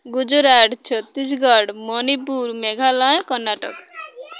Gujarat Chhattisgarh Manipur Meghalaya Karnataka